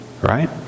right